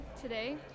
today